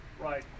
right